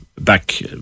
back